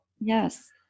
Yes